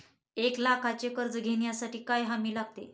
एक लाखाचे कर्ज घेण्यासाठी काय हमी लागते?